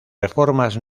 reformas